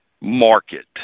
market